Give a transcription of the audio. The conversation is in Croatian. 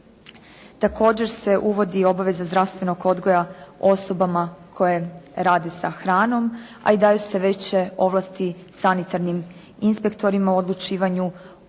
Također se uvodi obveza zdravstvenog odgoja osobama koje rade sa hranom, a i daju se veće ovlasti sanitarnim inspektorima u odlučivanju o